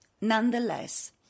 Nonetheless